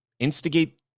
instigate